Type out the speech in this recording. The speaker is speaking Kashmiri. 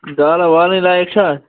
دالہٕ والٕنۍ لایق چھا